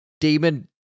demon